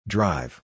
Drive